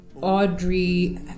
Audrey